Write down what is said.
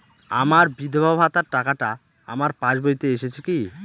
আমার বিধবা ভাতার টাকাটা আমার পাসবইতে এসেছে কি?